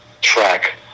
track